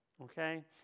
Okay